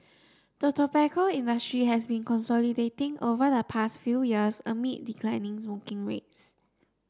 the tobacco industry has been consolidating over the past few years amid declining smoking rates